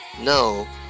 No